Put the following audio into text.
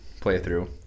playthrough